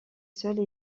seule